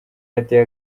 yateye